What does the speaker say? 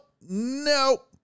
no